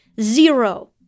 zero